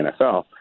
NFL